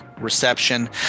reception